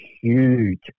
huge